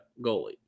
goalie